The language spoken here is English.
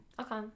okay